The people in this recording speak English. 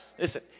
Listen